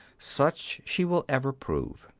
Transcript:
such she will ever prove.